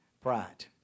Pride